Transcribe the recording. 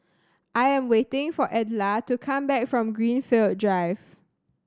I am waiting for Edla to come back from Greenfield Drive